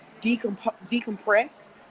decompress